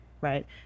right